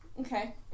Okay